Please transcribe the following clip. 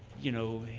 you know,